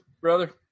brother